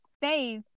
Faith